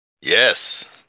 yes